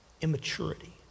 immaturity